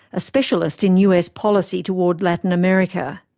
a specialist in u. s. policy toward latin america.